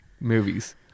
movies